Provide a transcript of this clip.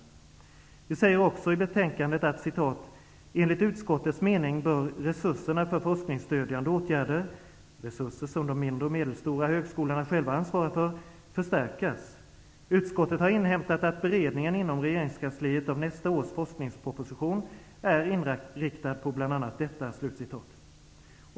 Vi säger också i betänkandet: ''Enligt utskottets mening bör resurserna för forskningsstödjande åtgärder -- resurser som de mindre och medelstora högskolorna själva ansvarar för -- förstärkas. Utskottet har inhämtat att beredningen inom regeringskansliet av nästa års forskningsproposition är inriktad på bl.a. detta.''